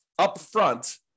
upfront